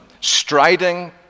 striding